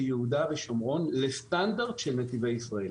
יהודה ושומרון לסטנדרט של נתיבי ישראל,